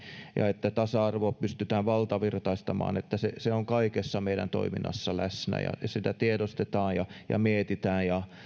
ja että tasa arvoa pystytään valtavirtaistamaan niin että se se on kaikessa meidän toiminnassamme läsnä ja sitä tiedostetaan ja ja mietitään ja